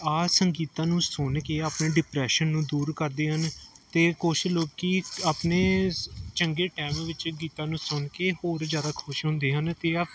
ਆ ਸੰਗੀਤ ਨੂੰ ਸੁਣ ਕੇ ਆਪਣੇ ਡਿਪਰੈਸ਼ਨ ਨੂੰ ਦੂਰ ਕਰਦੇ ਹਨ ਅਤੇ ਕੁਛ ਲੋਕ ਆਪਣੇ ਚੰਗੇ ਟਾਈਮ ਵਿੱਚ ਗੀਤਾਂ ਨੂੰ ਸੁਣ ਕੇ ਹੋਰ ਜ਼ਿਆਦਾ ਖੁਸ਼ ਹੁੰਦੇ ਹਨ ਅਤੇ